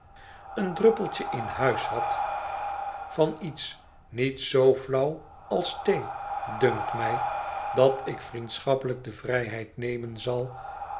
een druppeltje in huis hadt van iets niet zoo flauw als thee dunkt mij dat ik vriendschappelijk de vrijheid nemen zal